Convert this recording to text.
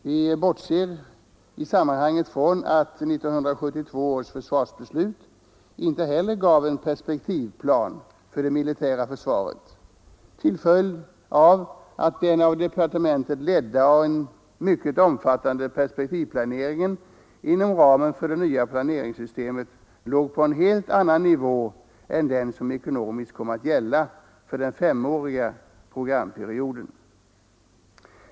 Vi bortser i sammanhanget från att 1972 års försvarsbeslut inte heller gav en perspektivplan för det militära försvaret, till följd av att den av departementet ledda och mycket omfattande perspektivplaneringen inom ramen för det nya planeringssystemet låg på en helt annan nivå än den som ekonomiskt kom att gälla för den femåriga programperioden.